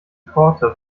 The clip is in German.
korte